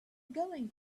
going